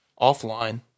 offline